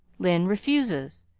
lyne refuses,